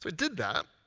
but did that.